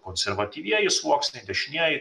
konservatyvieji sluoksniai dešinieji